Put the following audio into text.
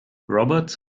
roberts